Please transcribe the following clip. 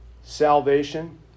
salvation